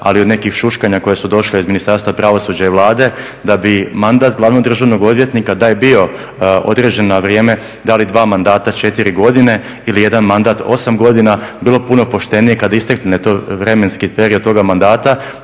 ali od nekih šuškanja koja su došla iz Ministarstva pravosuđa i Vlade da bi mandat glavnog državnog odvjetnika, da je bio određen na vrijeme da li dva mandata četiri godine ili jedan mandat osam godini, bilo puno poštenije kada istekne vremenski period toga mandata